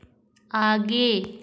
आगे